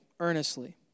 Earnestly